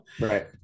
right